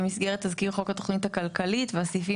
במסגרת תזכיר חוק התוכנית הכלכלית והסעיפים